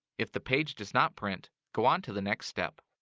if the page does not print, go on to the next step.